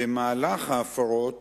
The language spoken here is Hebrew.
במהלך ההפרות